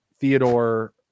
Theodore –